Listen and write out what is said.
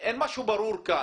אין משהו ברור כאן.